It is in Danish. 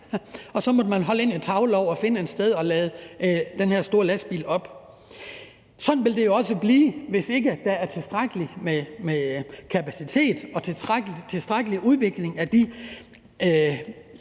og så måtte man holde ind i Taulov og finde et sted at lade den her store lastbil op. Sådan vil det jo også blive, hvis ikke der er tilstrækkeligt med kapacitet og en tilstrækkelig udvikling af de